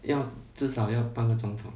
要至少要半个钟头